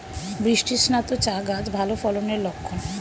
বৃষ্টিস্নাত চা গাছ ভালো ফলনের লক্ষন